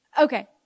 Okay